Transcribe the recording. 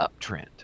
uptrend